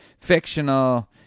fictional